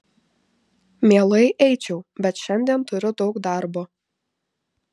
mielai eičiau bet šiandien turiu daug darbo